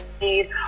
need